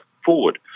forward